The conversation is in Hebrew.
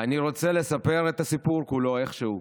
אני רוצה לספר את הסיפור כולו איכשהו